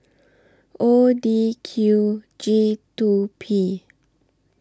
O D Q G two P